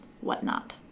whatnot